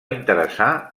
interessar